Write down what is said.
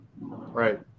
right